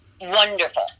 Wonderful